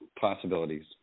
possibilities